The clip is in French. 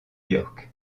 york